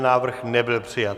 Návrh nebyl přijat.